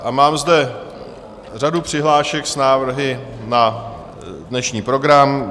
A mám zde řadu přihlášek s návrhy na dnešní program.